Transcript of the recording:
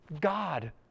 God